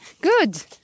Good